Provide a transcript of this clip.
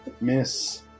miss